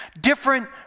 Different